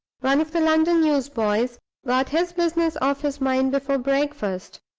one of the london newsboys got his business off his mind before breakfast.